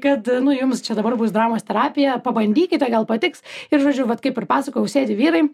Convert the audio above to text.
kad nu jums čia dabar bus dramos terapija pabandykite gal patiks ir žodžiu vat kaip ir pasakojau sėdi vyrai